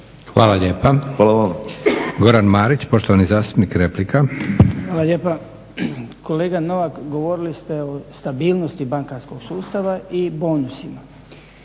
Josip (SDP)** Goran Marić poštovani zastupnik, replika. **Marić, Goran (HDZ)** Hvala lijepa. Kolega Novak, govorili ste o stabilnosti bankarskog sustava i bonusima.